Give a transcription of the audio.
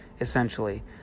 essentially